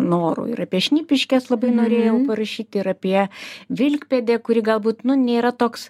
norų ir apie šnipiškes labai norėjau parašyt ir apie vilkpėdė kuri galbūt nu nėra toks